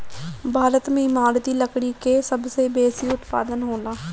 भारत में इमारती लकड़ी के सबसे बेसी उत्पादन होला